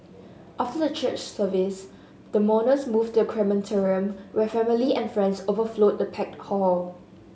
after the church service the mourners moved to the crematorium where family and friends overflowed the packed hall